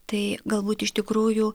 tai galbūt iš tikrųjų